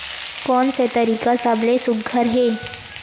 कोन से तरीका का सबले सुघ्घर हे?